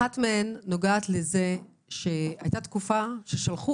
אחת מהן נוגעת לזה שהייתה תקופה ששלחו